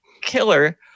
killer